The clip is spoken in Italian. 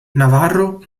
navarro